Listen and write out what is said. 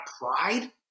pride